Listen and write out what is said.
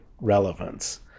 relevance